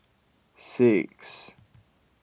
six